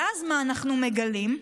ואז מה אנחנו מגלים?